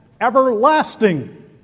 everlasting